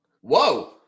Whoa